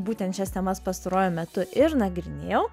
būtent šias temas pastaruoju metu ir nagrinėjau